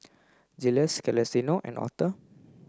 Jiles Celestino and Authur